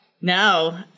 No